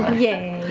yeah,